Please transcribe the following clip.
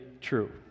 true